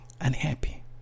unhappy